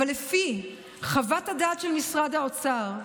אבל לפי חוות הדעת של משרד האוצר,